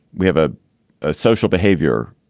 we have a ah social behavior